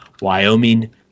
Wyoming